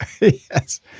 Yes